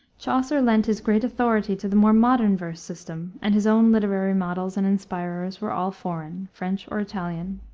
chaucer lent his great authority to the more modern verse system, and his own literary models and inspirers were all foreign, french or italian.